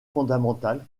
fondamental